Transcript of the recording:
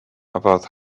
about